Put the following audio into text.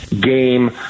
game